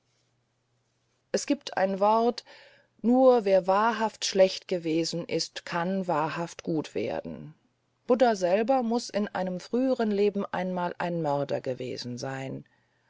es gibt ein wort nur wer wahrhaft schlecht gewesen ist kann wahrhaft gut werden buddha selber muß in einem früheren leben einmal ein mörder gewesen sein